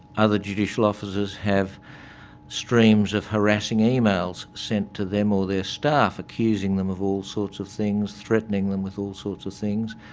other judicial officers have streams of harassing emails sent to them or their staff accusing them of all sorts of things, threatening them with all sorts of things.